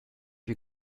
you